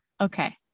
Okay